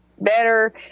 better